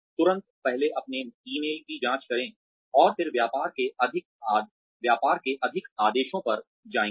तुरंत पहले अपने ईमेल की जाँच करें और फिर व्यापार के अधिक आदेशों पर जाएँगे